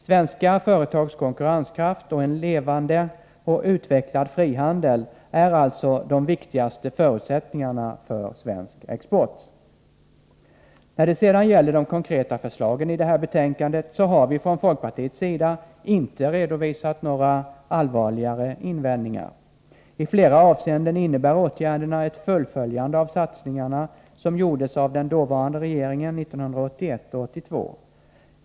Svenska företags konkurrenskraft och en levande och utvecklad frihandel är alltså de viktigaste förutsättningarna för svensk export. När det sedan gäller de konkreta förslagen i detta betänkande har vi från folkpartiets sida inte redovisat några allvarligare invändningar. I flera avseenden innebär åtgärderna ett fullföljande av de satsningar som gjordes av den dåvarande regeringen 1981 och 1982.